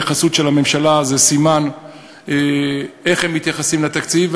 ההתייחסות של הממשלה זה סימן להתייחסות שלהם לתקציב.